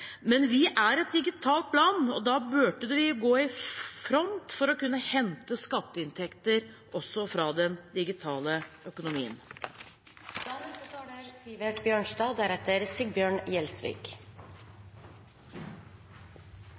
Men Norge er et digitalt land, og da burde vi gå i front for å kunne hente skatteinntekter også fra den digitale